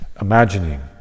imagining